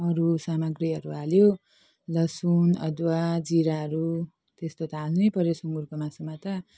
अरू सामग्रीहरू हाल्यो लसुन अदुवा जिराहरू त्यस्तो त हाल्नै पर्यो सुँगुरको मासुमा त